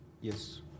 Yes